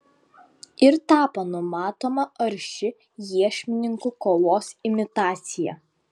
ir tapo numatoma arši iešmininkų kovos imitacija